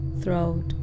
throat